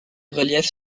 reliefs